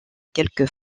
quelques